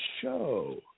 show